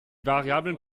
variablen